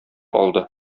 алды